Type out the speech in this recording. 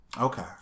Okay